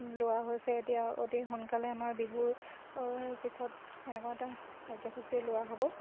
লোৱা হৈছে এতিয়া অতি সোনকালে আমাৰ বিহুৰ পিছত এনেকুৱা এটা কাৰ্যসূচী লোৱা হ'ব